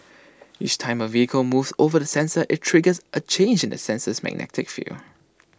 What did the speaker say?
each time A vehicle moves over the sensor IT triggers A change in the sensor's magnetic field